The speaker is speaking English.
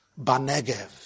ba'negev